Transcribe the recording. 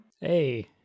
Hey